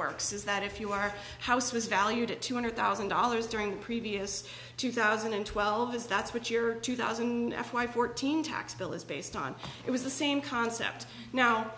works is that if you are house was valued at two hundred thousand dollars during the previous two thousand and twelve is that's what your two thousand and fourteen tax bill is based on it was the same concept now